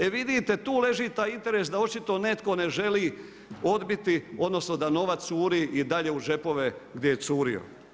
E vidite, tu leži taj interes da očito netko ne želi odbiti odnosno da novac curi i dalje u džepove gdje je curio.